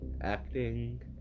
Acting